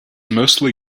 mostly